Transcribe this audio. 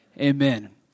amen